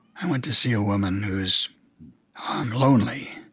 i went to see a woman who's lonely.